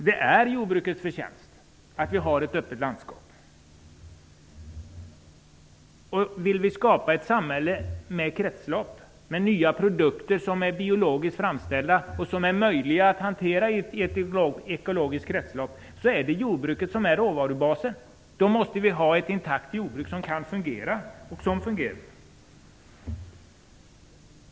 Det är jordbrukets förtjänst att vi har ett öppet landskap. Vill vi skapa ett samhälle med kretslopp, med nya produkter som är biologiskt framställda och som är möjliga att hantera i ett ekologiskt kretslopp, är det jordbruket som är råvarubasen. Då måste vi ha ett intakt jordbruk som kan fungera.